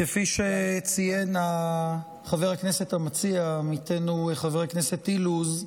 כפי שציין חבר הכנסת המציע עמיתנו חבר הכנסת אילוז,